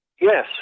Yes